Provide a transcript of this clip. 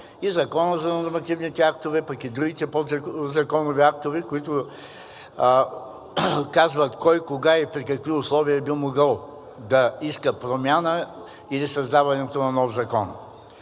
и Закона за нормативните актове, пък и другите подзаконови актове, които казват кой, кога и при какви условия би могъл да иска промяна или създаването на нов закон.